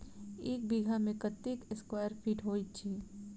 एक बीघा मे कत्ते स्क्वायर फीट होइत अछि?